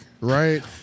right